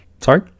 sorry